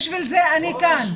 בשביל זה אני כאן.